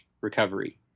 recovery